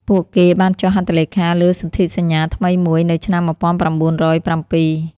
ពួកគេបានចុះហត្ថលេខាលើសន្ធិសញ្ញាថ្មីមួយនៅឆ្នាំ ១៩០៧។